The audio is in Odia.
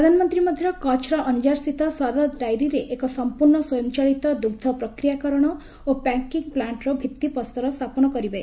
ପ୍ରଧାନମନ୍ତ୍ରୀ ମଧ୍ୟ କଚ୍ଚର ଅଞ୍ଜାରସ୍ଥିତ ଶରଦ୍ ଡାଇରୀରେ ଏକ ସମ୍ପୁର୍ଣ୍ଣ ସ୍ୱୟଂଚାଳିତ ଦୁଗ୍ଧ ପ୍ରକ୍ରିୟାକରଣ ଓ ପ୍ୟାକିଂ ପ୍ଲାଷ୍ଟ୍ର ଭିଭିପ୍ରସ୍ତର ସ୍ଥାପନ କରିବେ